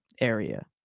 area